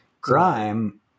crime